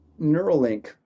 Neuralink